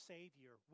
Savior